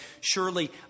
Surely